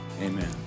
Amen